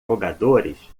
jogadores